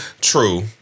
True